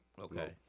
okay